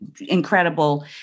incredible